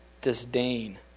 disdain